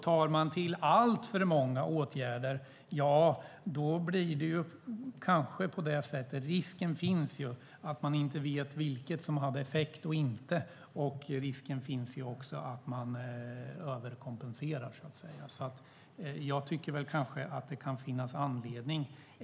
Tar man till alltför många åtgärder finns en risk för att man inte vet vilken av dem som hade effekt och inte, och det finns också en risk för att man överkompenserar.